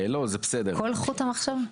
כל חוט המחשבה?